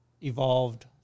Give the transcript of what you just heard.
evolved